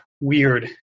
weird